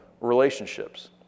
relationships